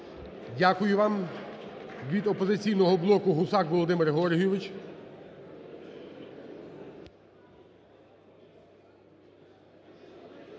Дякую вам. Від "Опозиційного блоку" Гусак Володимир Георгійович.